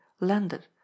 landed